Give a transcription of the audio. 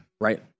Right